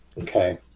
okay